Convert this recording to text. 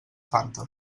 fanta